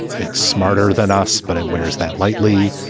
it's smarter than us, but it wears that lightly.